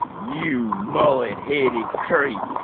you mullet-headed creep.